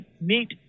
meet